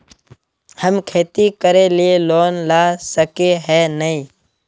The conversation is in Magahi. हम खेती करे ले लोन ला सके है नय?